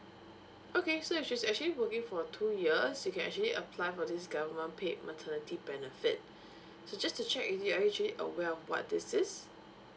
okay so if she's actually working for two years she can actually apply for this government paid maternity benefit so just to check with you are you actually aware of what this is